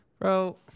Bro